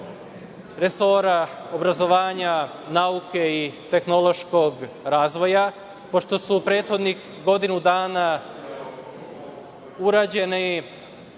resora obrazovanja, nauke i tehnološkog razvoja, pošto su u prethodnih godinu dana urađeni